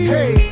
Hey